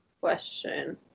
Question